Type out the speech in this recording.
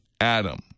adam